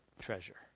treasure